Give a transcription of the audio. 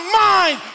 mind